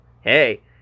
hey